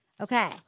Okay